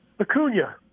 Acuna